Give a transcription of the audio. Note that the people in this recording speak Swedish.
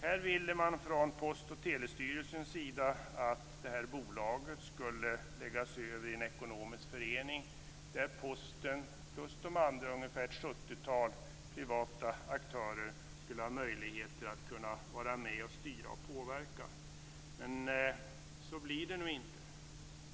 Man ville från Post och telestyrelsens sida att bolaget skulle läggas över i en ekonomisk förening där Posten, plus de andra ungefär sjuttiotalet privata aktörerna, skulle ha möjligheter att vara med och styra och påverka. Men så blir det nu inte.